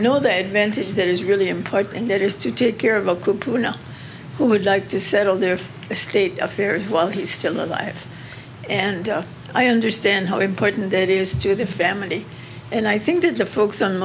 know the advantage that is really important and that is to take care of a cuckoo know who'd like to settle their state affairs while he's still alive and i understand how important it is to the family and i think that the folks on